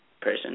person